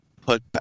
put